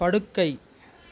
படுக்கை